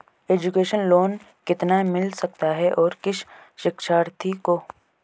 Education loan कितना मिल सकता है और किस शिक्षार्थी को?